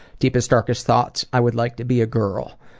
deepest, darkest thoughts? i would like to be a girl.